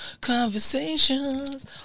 conversations